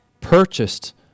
purchased